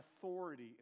authority